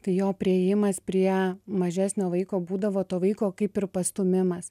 tai jo priėjimas prie mažesnio vaiko būdavo to vaiko kaip ir pastūmimas